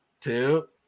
two